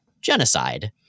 genocide